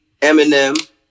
Eminem